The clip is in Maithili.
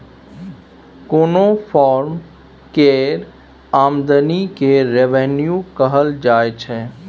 कोनो फर्म केर आमदनी केँ रेवेन्यू कहल जाइ छै